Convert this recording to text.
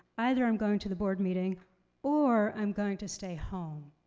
either i'm going to the board meeting or i'm going to stay home.